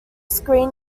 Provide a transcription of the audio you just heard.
screen